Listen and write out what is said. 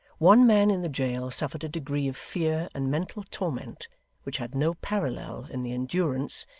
one man in the jail suffered a degree of fear and mental torment which had no parallel in the endurance,